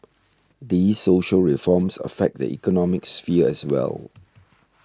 these social reforms affect the economic sphere as well